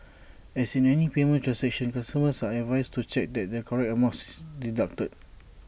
as in any payment transaction customers are advised to check that the correct amount is deducted